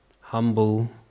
humble